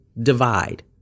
divide